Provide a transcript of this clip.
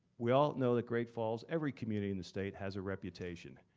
we all know that great falls, every community in the state has a reputation.